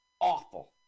awful